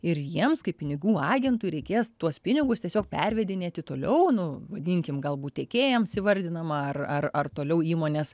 ir jiems kaip pinigų agentui reikės tuos pinigus tiesiog pervedinėti toliau nu vadinkim galbūt tiekėjams įvardinama ar ar ar toliau įmonės